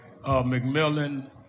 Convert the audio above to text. McMillan